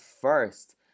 first